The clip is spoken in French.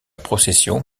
procession